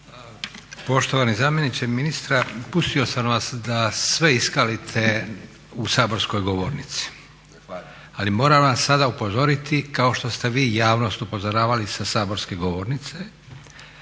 Poštovani zamjeniče ministra, pustio sam vas da sve iskalite u saborskoj govornici, ali moram vas sada upozoriti kao što ste vi javnost upozoravali sa saborske govornice